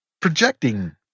projecting